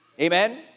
Amen